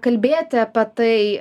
kalbėti apie tai